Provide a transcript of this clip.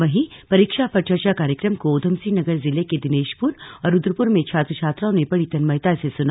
वहीं परीक्षा पर चर्चा कार्यक्रम को ऊधमसिंह नगर जिले के दिनेशपुर और रूद्रपुर में छात्र छात्राओं ने बड़ी तन्मयता से सुना